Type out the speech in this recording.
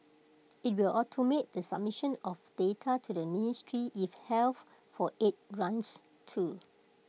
IT will automate the submission of data to the ministry if health for aid grants too